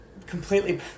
completely